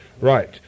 Right